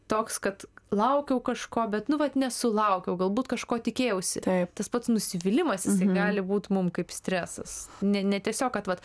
toks kad laukiau kažko bet nu vat nesulaukiau galbūt kažko tikėjausi tas pats nusivylimas jisai gali būt mum kaip stresas ne ne tiesiog kad vat